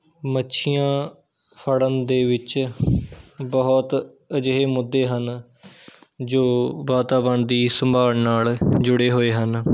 ਮੱਛੀਆਂ ਫੜਨ ਦੇ ਵਿੱਚ ਬਹੁਤ ਅਜਿਹੇ ਮੁੱਦੇ ਹਨ ਜੋ ਵਾਤਾਵਰਣ ਦੀ ਸੰਭਾਲ ਨਾਲ਼ ਜੁੜੇ ਹੋਏ ਹਨ